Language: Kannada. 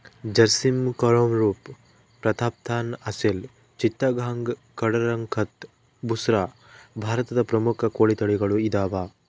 ಜರ್ಸಿಮ್ ಕಂರೂಪ ಪ್ರತಾಪ್ಧನ್ ಅಸೆಲ್ ಚಿತ್ತಗಾಂಗ್ ಕಡಕಂಥ್ ಬುಸ್ರಾ ಭಾರತದ ಪ್ರಮುಖ ಕೋಳಿ ತಳಿಗಳು ಇದಾವ